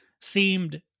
seemed